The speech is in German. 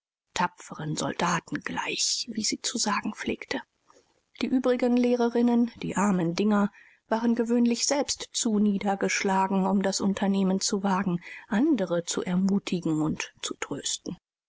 tapferen soldaten gleich wie sie zu sagen pflegte die übrigen lehrerinnen die armen dinger waren gewöhnlich selbst zu niedergeschlagen um das unternehmen zu wagen andere zu ermutigen und zu trösten